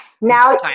Now